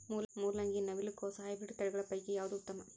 ಮೊಲಂಗಿ, ನವಿಲು ಕೊಸ ಹೈಬ್ರಿಡ್ಗಳ ತಳಿ ಪೈಕಿ ಯಾವದು ಉತ್ತಮ?